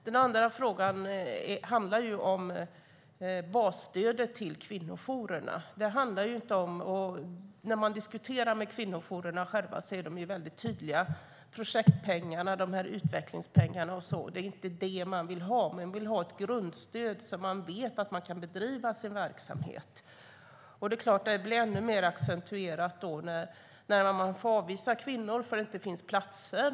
Den andra frågan handlar om basstödet till kvinnojourerna. När vi diskuterar med kvinnojourerna själva är de väldigt tydliga. Det är inte projektpengar eller utvecklingspengar som de vill ha. De vill ha ett grundstöd så att de vet att de kan bedriva sin verksamhet. Det blir ännu mer accentuerat när de får avvisa kvinnor för att det inte finns platser.